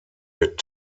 mit